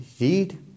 read